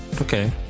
okay